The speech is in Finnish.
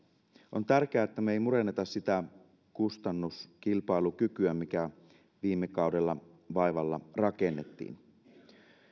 on tärkeää että me emme murenna sitä kustannuskilpailukykyä mikä viime kaudella vaivalla rakennettiin